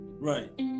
Right